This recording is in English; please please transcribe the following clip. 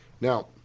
Now